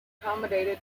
accommodated